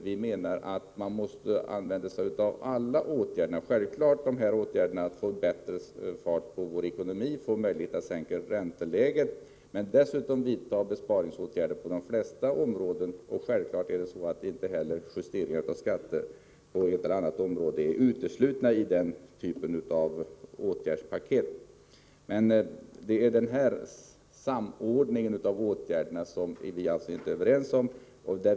Vi menar att man måste vidta åtgärder på alla områden. Vi måste få en förbättrad ekonomi och möjlighet att sänka räntenivån, men vi måste dessutom vidta besparingsåtgärder på de flesta andra områden. Självfallet kan inte justeringar av skatter på ett eller annat område uteslutas i denna typ av åtgärdspaket. Det är en sådan samordning som vi har olika uppfattningar om.